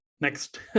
next